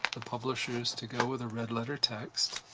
the publishers to go with a red-letter text,